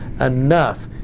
enough